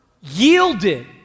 yielded